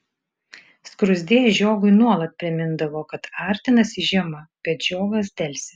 skruzdė žiogui nuolat primindavo kad artinasi žiema bet žiogas delsė